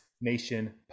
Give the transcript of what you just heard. Nation